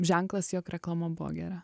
ženklas jog reklama buvo gera